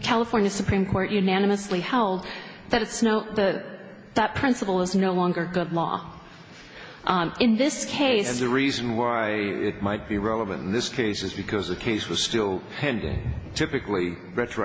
california supreme court unanimously held that it's now that that principle is no longer good law in this case and the reason why it might be relevant in this case is because the case was still pending typically retro